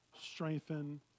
strengthen